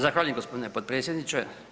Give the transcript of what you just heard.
Zahvaljujem gospodine potpredsjedniče.